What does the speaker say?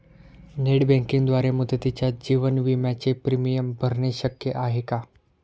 Net बँकिंगद्वारे मुदतीच्या जीवन विम्याचे प्रीमियम भरणे शक्य आहे का?